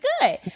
good